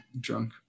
drunk